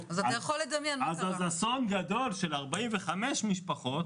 אז אסון גדול של 45 משפחות,